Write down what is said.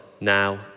now